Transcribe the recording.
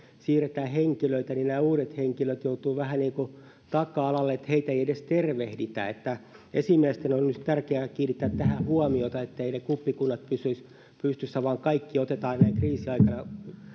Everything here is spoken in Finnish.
siirretään henkilöitä niin nämä uudet henkilöt joutuvat vähän taka alalle niin ettei heitä edes tervehditä esimiesten on nyt tärkeää kiinnittää tähän huomiota etteivät ne kuppikunnat pysyisi pystyssä vaan kaikki otetaan näin kriisiaikana